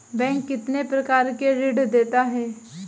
Bank कितने प्रकार के ऋण देता है?